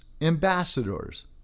ambassadors